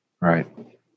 Right